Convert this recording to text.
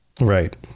Right